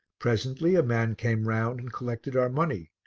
presently a man came round and collected our money,